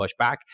pushback